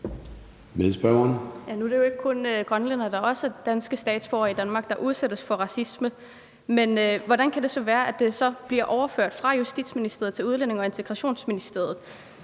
Hvordan kan det så være, at det bliver overført fra Justitsministeriet til Udlændinge- og Integrationsministeriet?